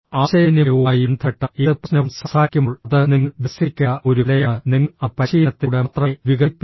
ആശയവിനിമയവുമായി ബന്ധപ്പെട്ട ഏത് പ്രശ്നവും സംസാരിക്കുമ്പോൾ അത് നിങ്ങൾ വികസിപ്പിക്കേണ്ട ഒരു കലയാണ് നിങ്ങൾ അത് പരിശീലനത്തിലൂടെ മാത്രമേ വികസിപ്പിക്കൂ